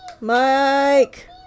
Mike